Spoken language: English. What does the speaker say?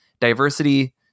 diversity